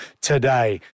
today